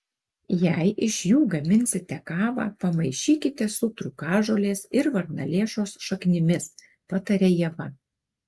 jei iš jų gaminsite kavą pamaišykite su trūkažolės ir varnalėšos šaknimis pataria ieva